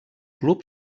club